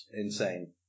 insane